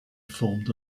formed